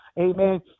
Amen